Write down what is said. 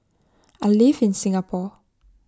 I live in Singapore